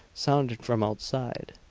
sounded from outside.